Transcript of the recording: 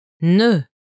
Ne